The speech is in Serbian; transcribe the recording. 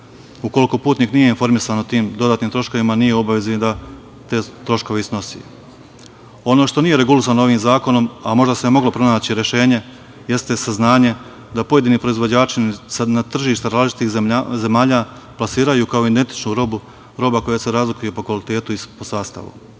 Ukoliko putnik nije informisan o tim dodatnim troškovima nije u obavezi ni da te troškove i snosi. Ono što nije regulisano ovim zakonom, a možda se moglo pronaći rešenje, jeste saznanje da pojedini proizvođači na tržište različitih zemalja plasiraju kao identičnu robu, roba koja se razlikuje po kvalitetu i po sastavu.